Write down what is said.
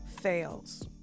fails